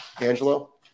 Angelo